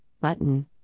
button